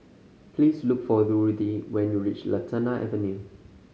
please look for Ruthie when you reach Lantana Avenue